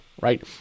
right